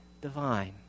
divine